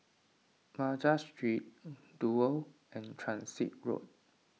Madras Street Duo and Transit Road